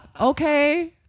okay